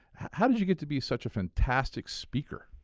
how did you get to be such a fantastic speaker?